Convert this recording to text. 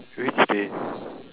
which day